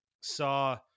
saw